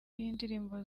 y’indirimbo